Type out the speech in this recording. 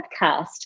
podcast